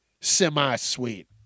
Semi-sweet